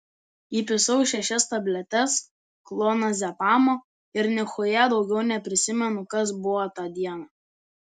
įpisau šešias tabletes klonazepamo ir nichuja daugiau neprisimenu kas buvo tą dieną